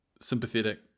sympathetic